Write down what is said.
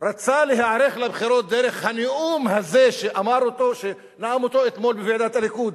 רצה להיערך לבחירות דרך הנאום הזה שנאם אתמול בוועידת הליכוד,